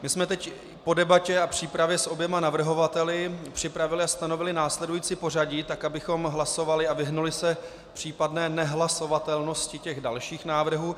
My jsme teď po debatě a přípravě s oběma navrhovateli připravili a stanovili následující pořadí tak, abychom hlasovali a vyhnuli se případné nehlasovatelnosti těch dalších návrhů.